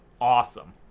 awesome